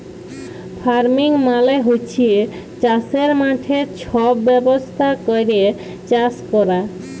farming মালে হছে চাষের মাঠে ছব ব্যবস্থা ক্যইরে চাষ ক্যরা